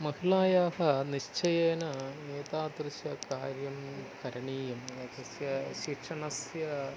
महिलायाः निश्चयेन एतादृशकार्यं करणीयम् एतस्य शिक्षणस्य